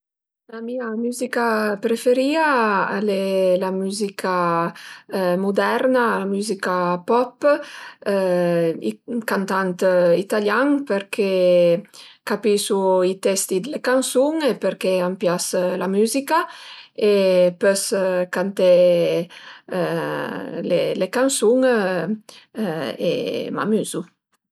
La mia müzica preferìa al e la müzica muderna, la müzica pop, i cantant italian përché capisu i testi d'la cansun e përché a m'pias la müzica e pös canté le cansun e m'amüzu